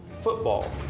football